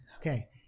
Okay